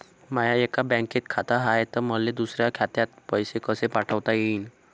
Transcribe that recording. माय एका बँकेत खात हाय, त मले दुसऱ्या खात्यात पैसे कसे पाठवता येईन?